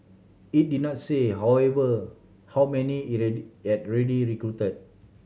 it did not say however how many it had yet already recruited